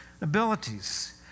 Abilities